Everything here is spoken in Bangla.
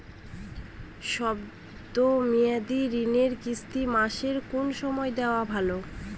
শব্দ মেয়াদি ঋণের কিস্তি মাসের কোন সময় দেওয়া ভালো?